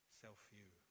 self-view